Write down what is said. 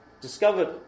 Discovered